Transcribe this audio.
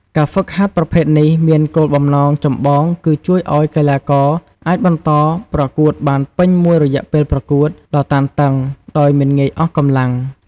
ការហ្វឹកហាត់ប្រភេទនេះមានគោលបំណងចម្បងគឺជួយឲ្យកីឡាករអាចបន្តប្រកួតបានពេញមួយរយៈពេលប្រកួតដ៏តានតឹង ដោយមិនងាយអស់កម្លាំង។